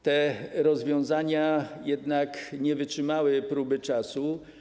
Te rozwiązania jednak nie wytrzymały próby czasu.